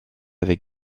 avec